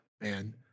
man